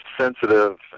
sensitive